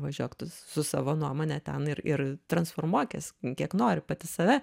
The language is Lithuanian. važiuok tu su savo nuomone ten ir ir transformuokis kiek nori pati save